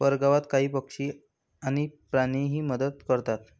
परगावात काही पक्षी आणि प्राणीही मदत करतात